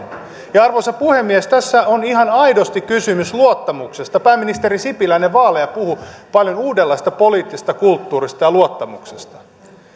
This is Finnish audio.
nuorilta arvoisa puhemies tässä on ihan aidosti kysymys luottamuksesta pääministeri sipilä ennen vaaleja puhui paljon uudenlaisesta poliittisesta kulttuurista ja luottamuksesta